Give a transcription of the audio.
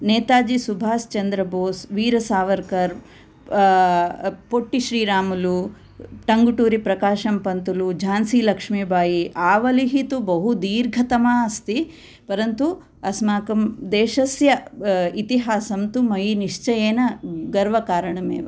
नेताजी सुभाष् चन्द्रबोस् वीर सावर्कर् पुट्टि श्रीरामलु टङ्गटुरी प्रकाशं पन्थलु झांसी लक्ष्मीबाय् आवलिः तु बहु दीर्घतमा अस्ति परन्तु अस्माकं देशस्य इतिहासं तु मयि निश्चयेन गर्वकारणम् एव